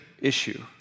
issue